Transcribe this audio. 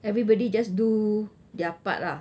everybody just do their part lah